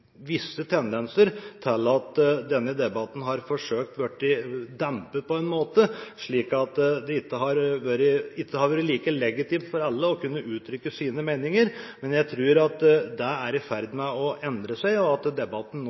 visse tendenser til at denne debatten på en måte har vært forsøkt dempet, slik at det ikke har vært like legitimt for alle å uttrykke sine meninger. Men jeg tror det er i ferd med å endre seg, og at debatten nå